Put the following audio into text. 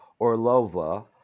Orlova